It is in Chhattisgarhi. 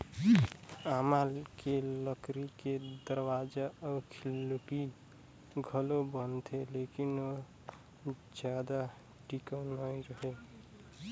आमा के लकरी के दरवाजा अउ खिड़की घलो बनथे लेकिन जादा टिकऊ नइ रहें